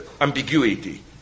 ambiguity